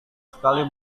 sekali